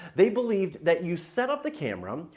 they believed that you set up the camera,